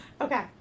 Okay